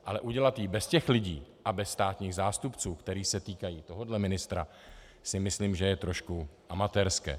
Ale udělat ji bez těch lidí a bez státních zástupců, kteří se týkají tohohle ministra, si myslím, že je trošku amatérské.